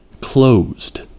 closed